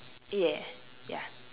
yeah ya